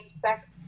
sex